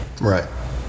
Right